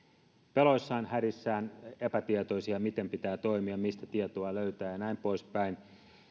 peloissaan hädissään epätietoisia miten pitää toimia mistä tietoa löytää ja näin poispäin